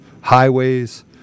highways